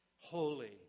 holy